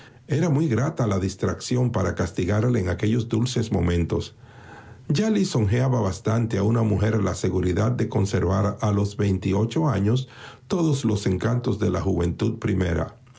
era muy grata la distracción para castigarla en aquellos dulces momentos ya lisonjea bastante a una mujer la seguridad de conservar a los veintiocho años todos los encantos de la juventud primera